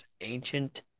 Ancient